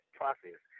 process